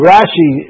Rashi